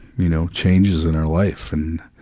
you know, changes in our life, and,